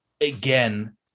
again